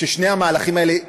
כששני המהלכים האלה יושלמו,